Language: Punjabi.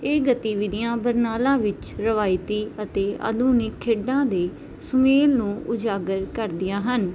ਇਹ ਗਤੀਵਿਧੀਆਂ ਬਰਨਾਲਾ ਵਿੱਚ ਰਵਾਇਤੀ ਅਤੇ ਆਧੁਨਿਕ ਖੇਡਾਂ ਦੇ ਸੁਮੇਲ ਨੂੰ ਉਜਾਗਰ ਕਰਦੀਆਂ ਹਨ